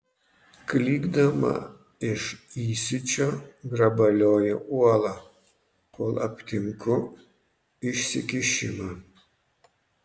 klykdama iš įsiūčio grabalioju uolą kol aptinku išsikišimą